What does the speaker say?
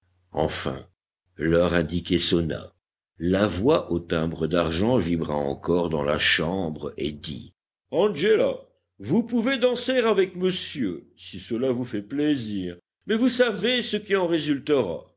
enfin l'heure indiquée sonna la voix au timbre d'argent vibra encore dans la chambre et dit angéla vous pouvez danser avec monsieur si cela vous fait plaisir mais vous savez ce qui en résultera